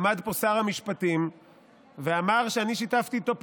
עמד פה שר המשפטים ואמר שאני שיתפתי איתו פעולה.